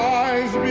eyes